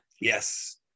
yes